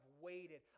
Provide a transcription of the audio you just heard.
waited